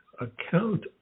account